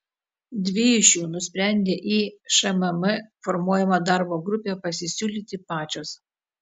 dvi iš jų nusprendė į šmm formuojamą darbo grupę pasisiūlyti pačios